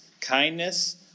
kindness